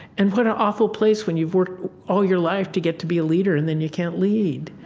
and what an awful place when you've worked all your life to get to be a leader and then you can't lead.